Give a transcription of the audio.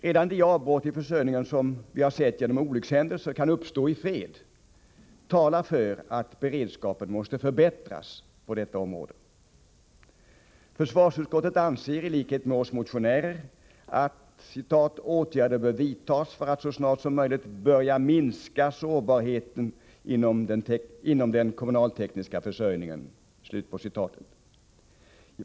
Redan de avbrott i försörjningen genom olyckshändelser som vi har sett kan uppstå i fred talar för att beredskapen måste förbättras på detta område. Försvarsutskottet anser, i likhet med oss motionärer, att ”åtgärder bör vidtas för att så snart som möjligt börja minska sårbarheten inom den kommunaltekniska försörjningen”.